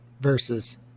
versus